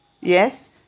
yes